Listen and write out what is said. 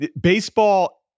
baseball